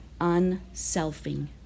unselfing